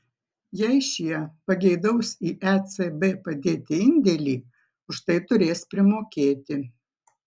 jei šie pageidaus į ecb padėti indėlį už tai turės primokėti